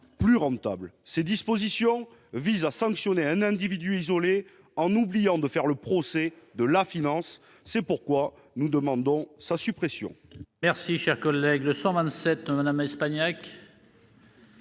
plus rentables. Ces dispositions visent à sanctionner un individu isolé, en oubliant de faire le procès de la finance. C'est pourquoi nous demandons leur suppression.